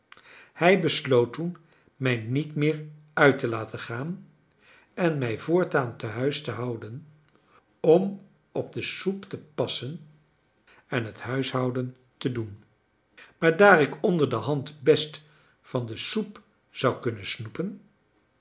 hij besloot toen mij niet meer uit te laten gaan en mij voortaan tehuis te houden om op de soep te passen en het huishouden te doen maar daar ik onder de hand best van de soep zou kunnen snoepen